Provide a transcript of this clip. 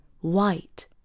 white